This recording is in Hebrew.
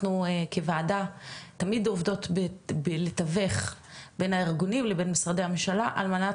אנחנו כוועדה תמיד עובדות בלתווך בין הארגונים לבין משרדי הממשלה על מנת